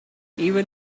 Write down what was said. even